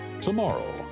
tomorrow